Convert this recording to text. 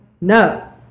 No